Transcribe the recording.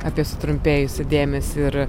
apie sutrumpėjusį dėmesį ir